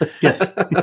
Yes